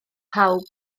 pawb